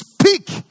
speak